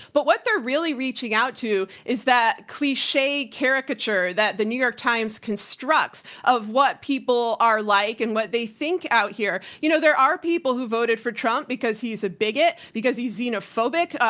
but what they're really reaching out to is that cliched caricature that the new york times constructs of what people are like and what they think out here. you know, there are people who voted for trump because he is a bigot, because he's xenophobic.